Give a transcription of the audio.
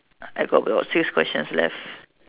I got about six questions left